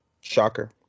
Shocker